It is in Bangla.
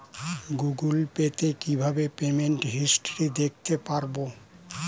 গুগোল পে তে কিভাবে পেমেন্ট হিস্টরি দেখতে পারবো?